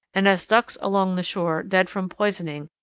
and as ducks along the shore, dead from poisoning,